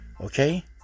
okay